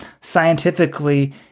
scientifically